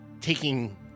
taking